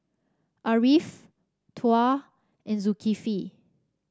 Ariff Tuah and Zulkifli